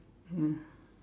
ya